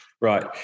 Right